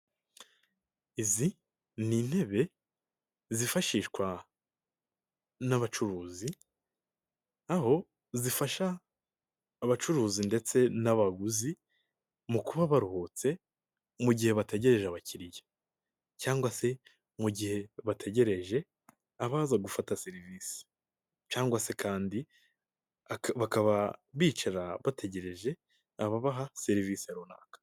Izi n'intebe zifashishwa n'abacuruzi, aho zifasha abacuruzi ndetse n'abaguzi mu kuba baruhutse mu gihe bategereje abakiriya, cyangwa se mu gihe bategereje abaza gufata serivisi cyangwa se kandi bakaba bicara bategereje ababaha serivisi runaka.